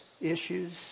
issues